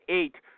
eight